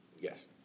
yes